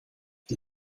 die